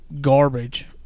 garbage